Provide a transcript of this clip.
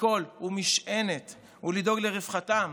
קול ומשענת ולדאוג לרווחתם,